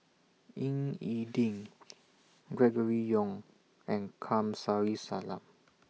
Ying E Ding Gregory Yong and Kamsari Salam